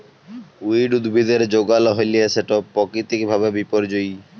weed উদ্ভিদের যগাল হ্যইলে সেট পাকিতিক ভাবে বিপর্যয়ী